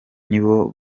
nibo